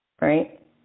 Right